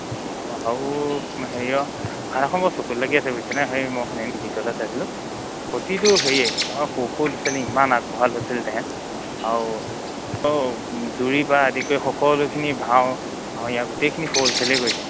অঁ আৰু হেৰিয়ৰ ভাওনাখন বৰ চকুত লাগি আছে বুজিছেনে হেৰি মই সিদিনাখন ভিডিঅ' এটা চাইছিলোঁ প্ৰতিটো হেৰিয়ে সৰু সৰু ল'ৰা ছোৱালী ইমান আগবঢ়া ল'ৰা ছোৱালী সিহঁতে আৰু আৰু জুৰিৰপৰা আদি কৰি সকলোখিনি ভাও অঁ ইয়াৰ গোটেইখিনি সৰু ল'ৰা ছোৱালীয়ে কৰিছে